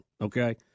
okay